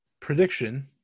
prediction